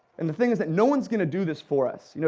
and the thing is that no one is going to do this for us. you know